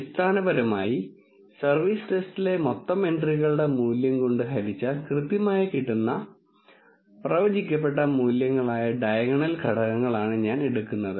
അടിസ്ഥാനപരമായി സർവീസ് ടെസ്റ്റിലെ മൊത്തം എൻട്രികളുടെ എണ്ണം കൊണ്ട് ഹരിച്ചാൽ കൃത്യമായി കിട്ടുന്ന പ്രവചിക്കപ്പെട്ട മൂല്യങ്ങളായ ഡയഗണൽ ഘടകങ്ങളാണ് ഞാൻ എടുക്കുന്നത്